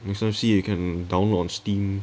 recently you can download on Steam